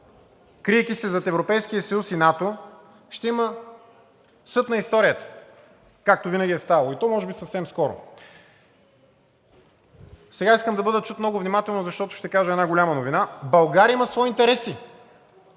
криейки се зад Европейския съюз и НАТО – ще има съд на историята, както винаги е ставало, и то може би съвсем скоро. Сега искам да бъда чут много внимателно, защото ще кажа една голяма новина. България има свои интереси,